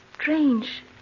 strange